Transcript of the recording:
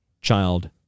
child